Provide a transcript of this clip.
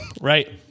Right